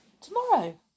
tomorrow